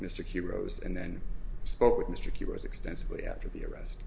mr key rose and then spoke with mr q was extensively after the arrest